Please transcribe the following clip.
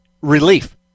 relief